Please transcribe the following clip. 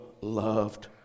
loved